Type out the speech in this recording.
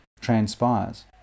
transpires